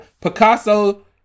Picasso